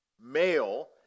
Male